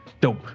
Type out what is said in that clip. dope